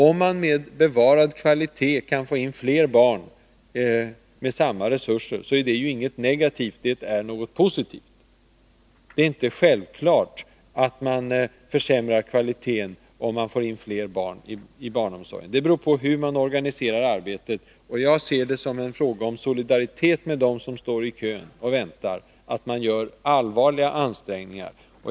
Om man med bevarad kvalitet kan få in fler barn med samma resurser är det inget negativt, det är något positivt. Det är inte självklart att man försämrar kvaliteten om man får in fler barn i barnomsorgen. Det beror på hur man organiserar arbetet. Jag ser det som en fråga om solidaritet med dem som står i kö och väntar på en daghemsplats, att man gör allvarliga ansträngningar.